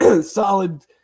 solid